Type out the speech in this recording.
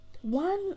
One